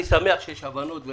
אני שמח שיש הבנות.